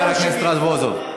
חבר הכנסת רזבוזוב.